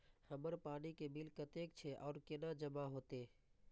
हमर पानी के बिल कतेक छे और केना जमा होते?